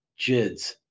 JIDS